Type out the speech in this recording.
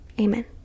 Amen